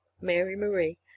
Mary-Marie